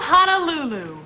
Honolulu